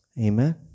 Amen